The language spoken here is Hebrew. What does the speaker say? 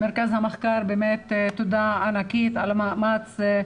למרכז המחקר תודה ענקית על המאמץ,